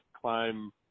climb